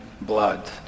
blood